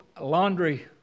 Laundry